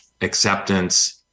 acceptance